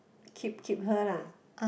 keep keep her lah